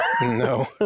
No